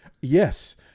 yes